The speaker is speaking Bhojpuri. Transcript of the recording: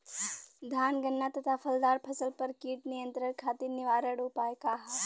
धान गन्ना तथा फलदार फसल पर कीट नियंत्रण खातीर निवारण उपाय का ह?